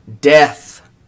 Death